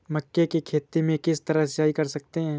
मक्के की खेती में किस तरह सिंचाई कर सकते हैं?